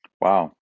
Wow